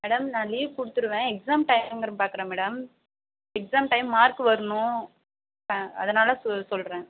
madam நான் leave கொடுத்துருவன் exam டையங்கறதை பார்க்குறேன் மேடம் எக்ஸாம் டையம் மார்க் வரனும் அ அதனால் சொல் சொல்கிறேன்